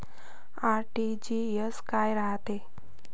RTGS काय रायते?